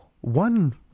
one